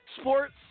sports